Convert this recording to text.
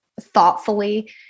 thoughtfully